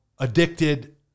addicted